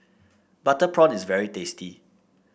Butter Prawn is very tasty